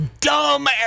dumb